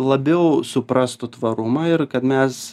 labiau suprastų tvarumą ir kad mes